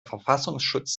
verfassungsschutz